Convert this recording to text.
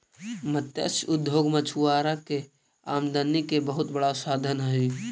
मत्स्य उद्योग मछुआरा के आमदनी के बहुत बड़ा साधन हइ